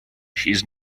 his